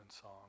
song